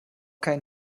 kein